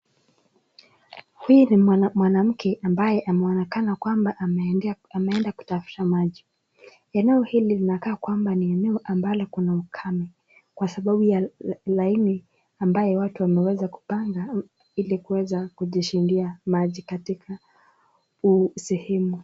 Huyu ni mwanamke ambaye ameonekana kwamba ameenda kutafuta maji. Eneo hili linakaa kwamba ni eneo ambalo kuna ukame kwa sababu ya laini ambayo watu wameweza kupanga ili kuweza kujishindia maji katika huu sehemu.